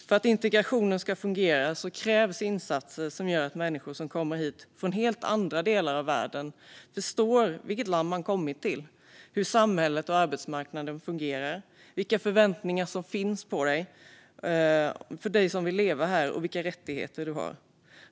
För att integrationen ska fungera krävs insatser som gör att människor som kommer hit från helt andra delar av världen förstår vilket land de kommit till, hur samhället och arbetsmarknaden fungerar, vilka förväntningar som finns på dem som vill leva här och vilka rättigheter de har.